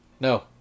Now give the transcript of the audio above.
No